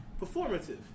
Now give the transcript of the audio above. performative